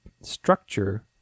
structure